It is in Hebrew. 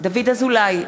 דוד אזולאי,